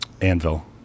anvil